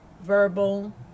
verbal